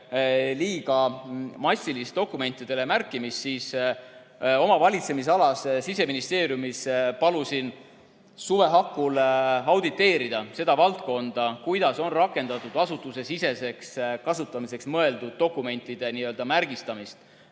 massilist dokumentidele märkimist, siis oma valitsemisalas, Siseministeeriumis palusin suve hakul auditeerida seda valdkonda, ja uurida, kuidas on rakendatud asutusesiseseks kasutamiseks mõeldud dokumentide märgistamist.